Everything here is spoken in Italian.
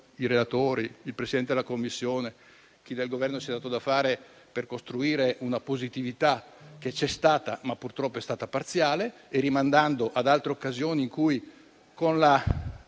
i relatori, il Presidente della Commissione e chi del Governo si è dato da fare per costruire una positività, che c'è stata, ma purtroppo è stata parziale, rimando ad altre occasioni in cui